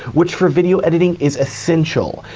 which for video editing is essential,